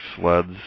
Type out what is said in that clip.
sleds